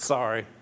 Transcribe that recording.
Sorry